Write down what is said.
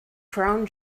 crown